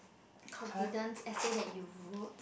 confidence essay that you wrote